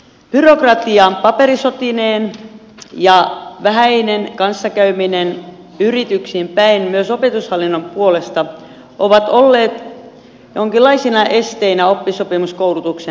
byrokratia paperisotineen ja vähäinen kanssakäyminen yrityksiin päin myös opetushallinnon puolesta ovat olleet jonkinlaisina esteinä oppisopimuskoulutuksen lisäämiselle